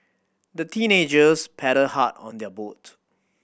the teenagers paddled hard on their boat